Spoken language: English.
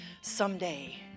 someday